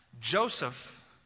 Joseph